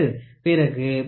பிறகு 1